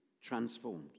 transformed